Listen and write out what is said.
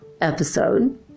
episode